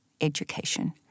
education